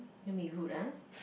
don't be rude ah